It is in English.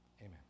Amen